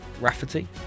Rafferty